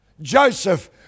Joseph